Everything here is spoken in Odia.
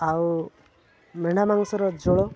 ଆଉ ମେଣ୍ଢା ମାଂସର ଝୋଳ